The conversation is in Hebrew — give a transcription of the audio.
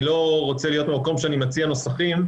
אני לא רוצה להיות במקום שאני מציע נוסחים.